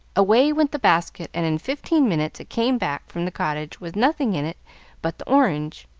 away went the basket, and in fifteen minutes it came back from the cottage with nothing in it but the orange.